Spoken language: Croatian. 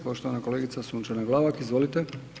Poštovana kolegica Sunčana Glavak, izvolite.